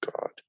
God